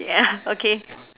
yeah okay